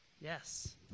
Yes